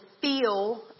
feel